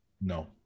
No